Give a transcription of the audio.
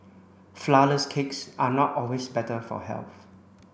flour less cakes are not always better for health